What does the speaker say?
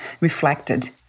reflected